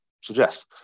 suggest